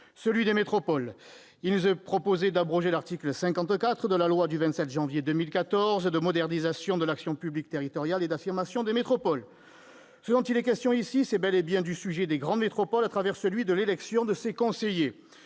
celui des métropoles. Il nous est proposé d'abroger l'article 54 de la loi du 27 janvier 2014 de modernisation de l'action publique territoriale et d'affirmation des métropoles. Ce dont il est question ici, c'est bel et bien du sujet des grandes métropoles, au travers de celui de l'élection de ses conseillers.